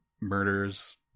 murders